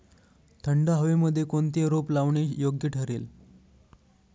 थंड हवेमध्ये कोणते रोप लावणे योग्य ठरेल?